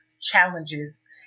challenges